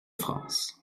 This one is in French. france